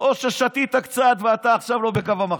או ששתית קצת ואתה עכשיו לא בקו המחשבה?